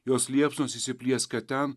jos liepsnos įsiplieskia ten